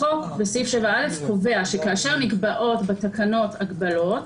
החוק בסעיף 7א קובע שכאשר נקבעות בתקנות הגבלות,